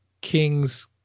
King's